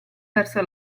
verso